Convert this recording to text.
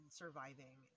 surviving